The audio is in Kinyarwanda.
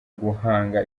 guhanga